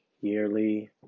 yearly